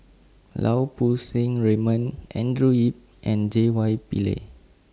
Lau Poo Seng Raymond Andrew Yip and J Y Pillay